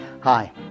Hi